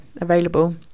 available